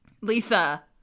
lisa